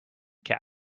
cap